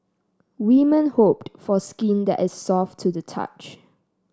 women hope for skin that is soft to the touch